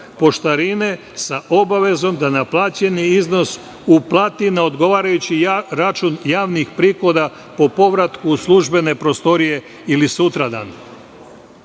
sa obavezom da naplaćeni iznos uplati na odgovarajući račun javnih prihoda po povratku u službene prostorije ili sutradan. Ovakvo